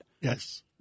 Yes